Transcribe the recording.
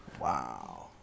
Wow